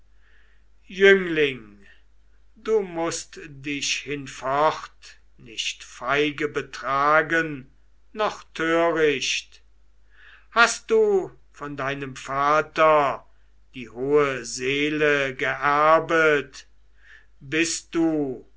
jüngling du mußt dich hinfort nicht feige betragen noch töricht hast du von deinem vater die hohe seele geerbet bist du